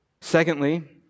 Secondly